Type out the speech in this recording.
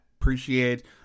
appreciate